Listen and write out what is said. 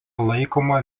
laikoma